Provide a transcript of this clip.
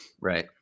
Right